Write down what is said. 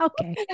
Okay